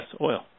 oil